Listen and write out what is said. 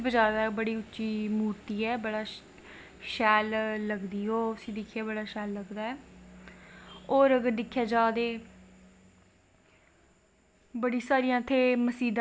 श्री राम जन्म भूमी जिसलै अस उत्थें गे ह् उत्थें बड़ा सैल इन्ने शैल राम जी दे मन्दर न उत्थें गे असैं इक गाईड़ बी कीता हा उनैं स्हानू दस्सेआ हा कि कियां